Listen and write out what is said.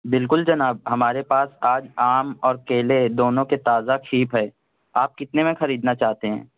بالکل جناب ہمارے پاس آج آم اور کیلے دونوں کے تازہ شیپ ہیں آپ کتنے میں خریدنا چاہتے ہیں